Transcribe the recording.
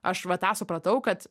aš va tą supratau kad